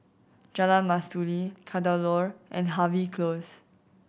Jalan Mastuli Kadaloor and Harvey Close